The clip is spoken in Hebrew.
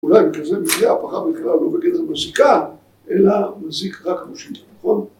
אולי בגלל זה מגיעה הפרה בכלל לא בגדר מזיקה, אלא מזיק רק (?), נכון?